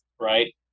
right